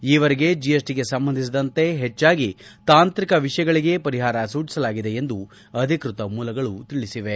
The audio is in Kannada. ಈವರೆಗೆ ಜಿಎಸ್ಟಿಗೆ ಸಂಬಂಧಿಸಿದಂತೆ ಹೆಚ್ಲಾಗಿ ತಾಂತ್ರಿಕ ವಿಷಯಗಳಿಗೇ ಪರಿಹಾರ ಸೂಚಿಸಲಾಗಿದೆ ಎಂದು ಅಧಿಕ್ಷತ ಮೂಲಗಳು ತಿಳಿಸಿವೆ